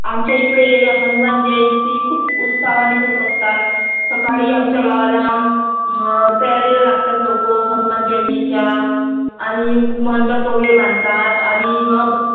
आमच्या इकडे हनुमान जयंती खूप उत्साहाने होत असतात सकाळी आमच्या गावाला तयारीला लागतात लोक हनुमान जयंतीच्या आणि खूप मंडप वगैरे बांधतात आणि मग